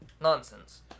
Nonsense